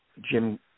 Jim